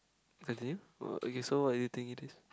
the name orh okay so what do you think it is